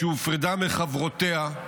שהופרדה מחברותיה,